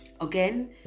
again